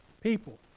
people